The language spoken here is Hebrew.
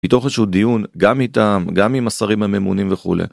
מתוך איזשהו דיון גם איתם, גם עם השרים הממונים וכדומה.